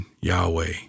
Yahweh